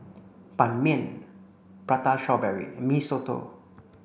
Ban Mian prata strawberry and Mee Soto